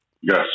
Yes